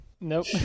Nope